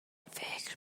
فکر